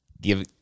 Give